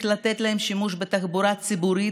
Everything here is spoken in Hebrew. לתת להם שימוש חינם בתחבורה הציבורית.